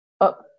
up